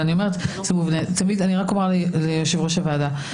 אני רק אומר ליושב-ראש הוועדה,